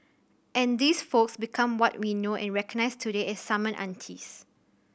and these folks become what we know and recognise today as summon aunties